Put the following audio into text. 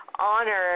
Honor